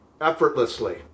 Effortlessly